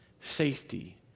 safety